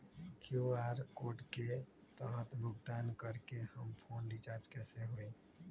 QR code के तहद भुगतान करके हम फोन रिचार्ज कैसे होई?